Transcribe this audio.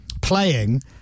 Playing